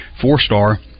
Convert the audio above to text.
four-star